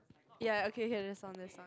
ya okay okay next one next one